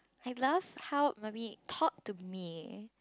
I love how mummy talk to me